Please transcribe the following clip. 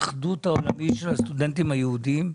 התאחדות העולמית של הסטודנטים היהודים?